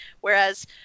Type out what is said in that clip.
Whereas